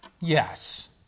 yes